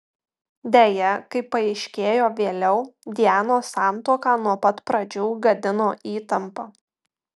deja kaip paaiškėjo vėliau dianos santuoką nuo pat pradžių gadino įtampa